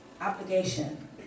obligation